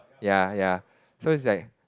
ya ya so is like